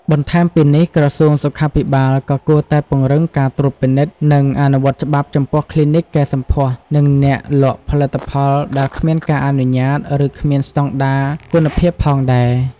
បន្ថែមពីនេះ ក្រសួងសុខាភិបាលក៏គួរតែពង្រឹងការត្រួតពិនិត្យ និងអនុវត្តច្បាប់ចំពោះគ្លីនិកកែសម្ផស្ស និងអ្នកលក់ផលិតផលដែលគ្មានការអនុញ្ញាត ឬគ្មានស្តង់ដារគុណភាពផងដេរ។